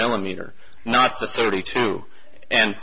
millimeter not the thirty two and